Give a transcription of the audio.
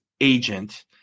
agent